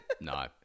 no